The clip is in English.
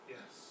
Yes